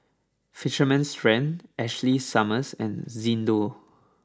fisherman's friend Ashley Summers and Xndo